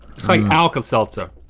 it's like alka-seltzer.